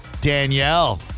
Danielle